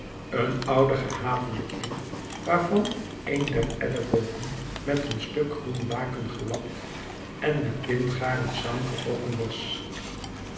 een ouden gehavenden kiel waarvan een der ellebogen met een stuk groen laken gelapt en met bindgaren saamgetrokken was